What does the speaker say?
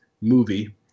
movie